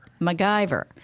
MacGyver